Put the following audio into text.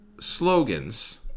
slogans